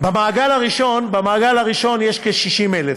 במעגל הראשון יש כ-60,000,